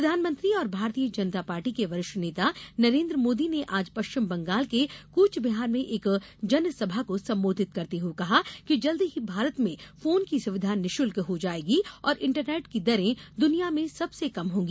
प्रधानमंत्री और भारतीय जनता पार्टी के वरिष्ठ नेता नरेन्द्र मोदी ने आज पश्चिम बंगाल के कूचबिहार में एक जनसभा को संबोधित करते हुए कहा कि जल्द ही भारत में फोन की सुविधा निशल्क हो जायेगी और इंटरनेट की दरें दुनिया में सबसे कम होंगी